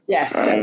Yes